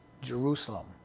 Jerusalem